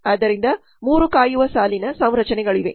ಆದ್ದರಿಂದ 3 ಕಾಯುವ ಸಾಲಿನ ಸಂರಚನೆಗಳಿವೆ